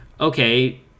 okay